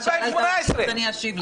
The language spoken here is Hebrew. אם שאלת אותי, אני אשיב לך.